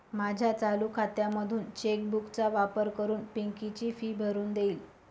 माझ्या चालू खात्यामधून चेक बुक चा वापर करून पिंकी ची फी भरून देईल